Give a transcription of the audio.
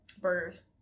Burgers